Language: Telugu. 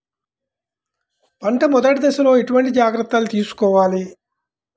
పంట మెదటి దశలో ఎటువంటి జాగ్రత్తలు తీసుకోవాలి?